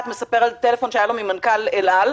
מספר על שיחת טלפון שהייתה לו ממנכ"ל אל-על,